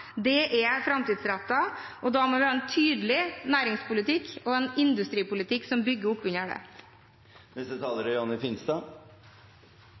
Det er framtidsrettet, og da må vi ha en tydelig næringspolitikk og en industripolitikk som bygger opp under det. Det er